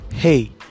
Hey